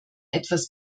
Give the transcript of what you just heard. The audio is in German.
etwas